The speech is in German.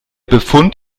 befund